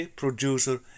producer